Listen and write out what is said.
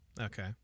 Okay